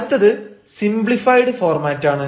അടുത്തത് സിംപ്ലിഫൈഡ് ഫോർമാറ്റാണ്